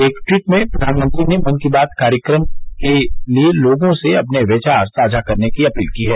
एक ट्वीट में प्रधानमंत्री ने मन की बात कार्यक्रम के लिए लोगों से अपने विचार साझा करने की अपील की है